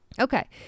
okay